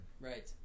right